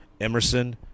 Emerson